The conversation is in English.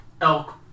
elk